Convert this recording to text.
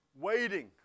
Waiting